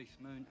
Moon